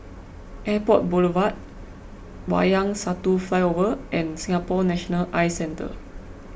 Airport Boulevard Wayang Satu Flyover and Singapore National Eye Centre